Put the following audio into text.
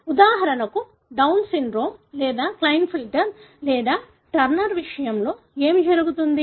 ఉదాహరణకు Down syndrome లేదా Klinefelter లేదా టర్నర్ విషయంలో ఏమి జరుగుతుంది